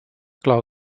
clau